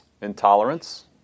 Intolerance